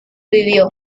vivió